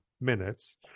minutes